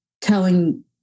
telling